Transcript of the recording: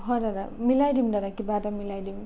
হয় দাদা মিলাই দিম দাদা কিবা এটা মিলাই দিম